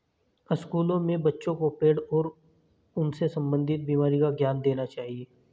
स्कूलों में बच्चों को पेड़ और उनसे संबंधित बीमारी का ज्ञान देना चाहिए